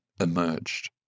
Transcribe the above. emerged